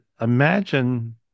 imagine